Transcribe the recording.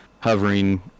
hovering